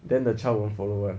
then the child won't follow [one]